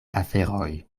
aferoj